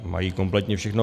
Mají kompletně všechno.